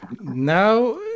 Now